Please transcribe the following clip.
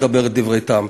עברית.